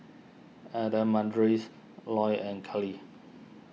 Adamaris Loy and Cali